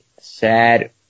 sad